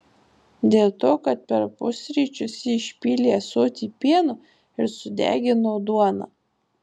dėl to kad per pusryčius ji išpylė ąsotį pieno ir sudegino duoną